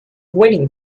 winning